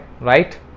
right